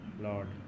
lord